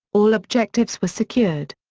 all objectives were secured.